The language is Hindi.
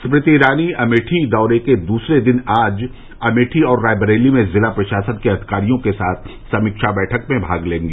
स्मृति ईरानी अमेठी दौरे के दूसरे दिन आज अमेठी और रायबरेली में जिला प्रशासन के अधिकारियों के साथ समीक्षा बैठक में भाग लेगी